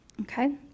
Okay